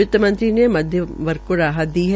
वित्तमंत्री ने मध्यम वर्ग को भी राहत दी है